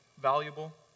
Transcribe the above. valuable